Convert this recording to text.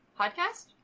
Podcast